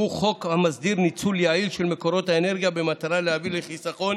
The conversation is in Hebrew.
שהוא חוק המסדיר ניצול יעיל של מקורות אנרגיה במטרה להביא לחיסכון